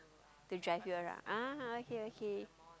to drive you around ah okay okay